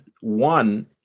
one